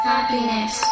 Happiness